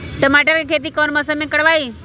टमाटर की खेती कौन मौसम में करवाई?